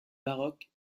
baroque